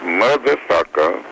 motherfucker